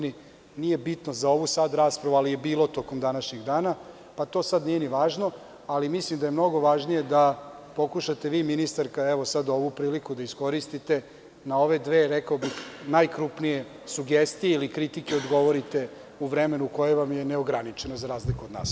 Nije bitno za ovu raspravu, ali je bilo tokom današnjeg dana, pa to sad nije ni važno, ali mislim da je mnogo važnije da pokušate vi, ministarka, sad ovu priliku da iskoristite na ove dve, rekao bih, najkrupnije sugestije ili kritike i odgovorite u vremenu koje vam je neograničeno, za razliku od nas.